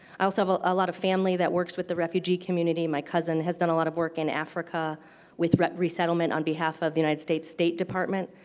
i also have ah a lot of family that works with the refugee community. my cousin has done a lot of work in africa with resettlement on behalf of the united states state department.